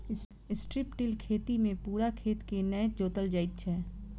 strip till खेती मे पूरा खेत के नै जोतल जाइत छै